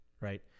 right